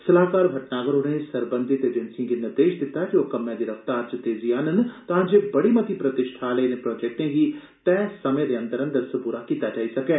सलाहकार भट्टनागर होरें सरबंधत एजेंसिएं गी निर्देश दित्ता जे ओह् कम्मै दी रफ्तार च तेजी आहनन तांजे बड़ी मती प्रतिष्ठा आहले इने प्रोजेक्टे गी तैय समे दे अंदर अंदर सबूरा कीता जाई सकै